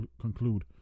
conclude